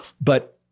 But-